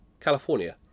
California